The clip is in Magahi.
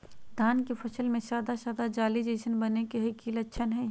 धान के फसल में सादा सादा जाली जईसन बने के कि लक्षण हय?